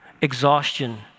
exhaustion